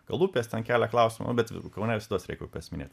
gal upės ten kelia klausimą bet kaune visados reik upes minėt